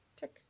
Tick